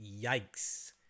Yikes